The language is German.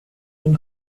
den